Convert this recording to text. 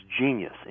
genius